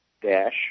dash